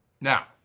Now